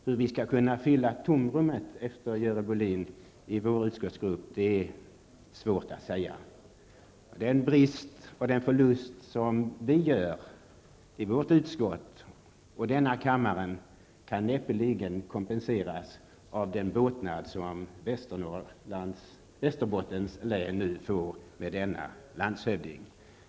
Hur vi skall kunna fylla tomrummet efter Görel Bohlin i vår utskottsgrupp är svårt att säga. Den förlust som vi gör i utskottet och i denna kammare kan näppeligen kompenseras av den båtnad som Västerbottens län nu får åtnjuta med denna landshövding.